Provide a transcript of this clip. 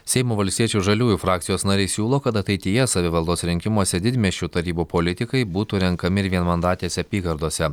seimo valstiečių žaliųjų frakcijos nariai siūlo kad ateityje savivaldos rinkimuose didmiesčių tarybų politikai būtų renkami ir vienmandatėse apygardose